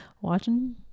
watching